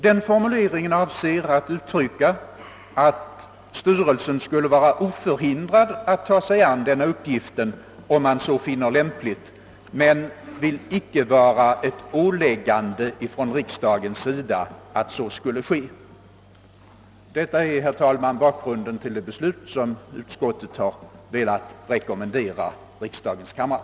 Den formuleringen avser att uttrycka att styrelsen skulle vara oförhindrad att ta sig an uppgiften, om den så funne lämpligt, men att det inte borde vara något åläggande från riksdagen till styrelsen att utföra den, Detta är, herr talman, bakgrunden till det beslut som utskottet har velat rekommendera riksdagens kammare.